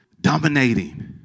dominating